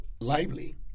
lively